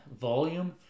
volume